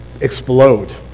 explode